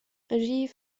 regie